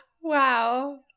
Wow